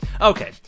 okay